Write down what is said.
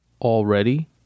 already